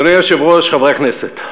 אדוני היושב-ראש, חברי הכנסת,